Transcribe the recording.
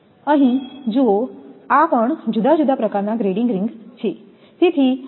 અહીં જુઓ આ પણ જુદા જુદા પ્રકારના ગ્રેડિંગ રિંગ છે